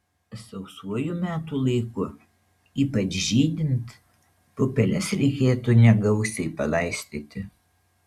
sausuoju metų laiku ypač žydint pupeles reikėtų negausiai palaistyti